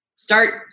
start